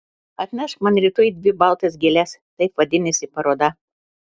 atnešk man rytoj dvi baltas gėles taip vadinasi paroda